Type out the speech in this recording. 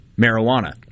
marijuana